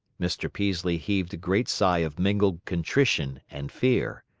mr. peaslee heaved a great sigh of mingled contrition and fear.